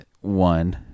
one